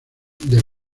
del